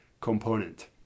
component